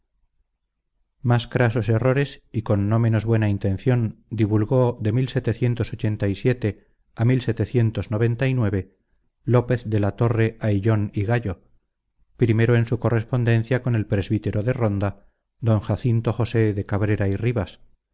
poéticas mas crasos errores y con no menos buena intención divulgó de a lópez de la torre ayllon y gallo primero en su correspondencia con el presbítero de fonda don jacinto josé de cabrera y rivas